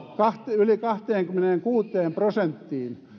yli kahteenkymmeneenkuuteen prosenttiin